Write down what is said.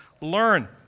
learn